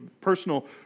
personal